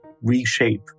reshape